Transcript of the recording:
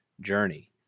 journey